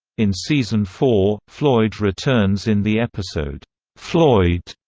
in season four, floyd returns in the episode floyd,